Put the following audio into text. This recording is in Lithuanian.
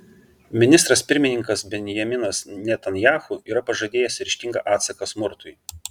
ministras pirmininkas benjaminas netanyahu yra pažadėjęs ryžtingą atsaką smurtui